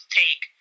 take